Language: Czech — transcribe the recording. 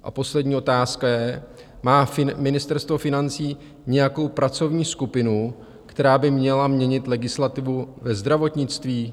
A poslední otázka: má Ministerstvo financí nějakou pracovní skupinu, která by měla měnit legislativu ve zdravotnictví?